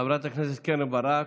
חברת הכנסת קרן ברק,